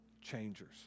changers